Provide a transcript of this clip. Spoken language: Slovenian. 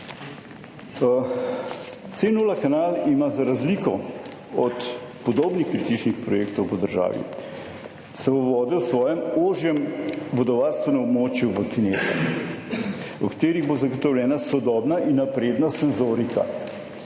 C0 kanal ima za razliko od podobnih kritičnih projektov po državi se bo vodil v svojem ožjem vodovarstvenem območju v kinetah, v katerih bo zagotovljena sodobna in napredna senzorika.